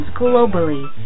globally